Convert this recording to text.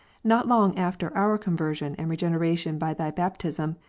not long after our conversion and regeneration by thy baptism,